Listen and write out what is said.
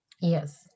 Yes